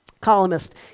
columnist